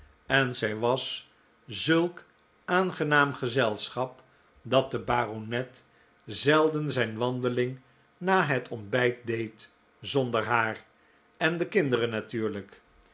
en zij was zulk aangenaam gezelschap dat de baronet zelden zijn wandeling na het ontbijt deed zonder haar en de kinderen natuurlijk